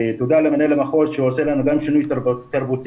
ותודה למנהל המחוז שעושה לנו גם שינוי תרבותי.